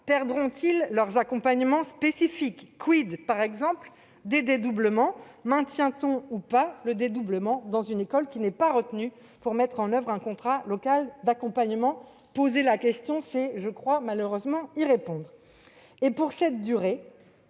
perdront-ils tous leurs accompagnements spécifiques ? par exemple des dédoublements ? Maintiendra-t-on le dédoublement dans une école qui n'est pas retenue pour mettre en oeuvre un contrat local d'accompagnement (CLA) ? Poser la question revient, malheureusement, à y répondre. Et pourquoi cette durée,